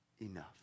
enough